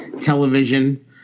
television